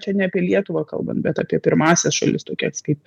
čia ne apie lietuvą kalbant bet apie pirmąsias šalis tokias kaip